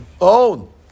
own